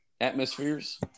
atmospheres